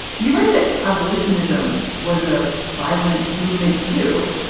you read that abolitionism was a violent movement, too.